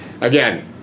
again